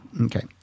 Okay